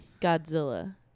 Godzilla